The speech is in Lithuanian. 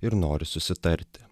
ir nori susitarti